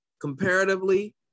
comparatively